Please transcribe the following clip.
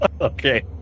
Okay